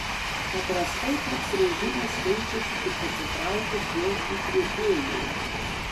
paprastai toks režimas keičiasi tik pasitraukus jo įkvėpėjui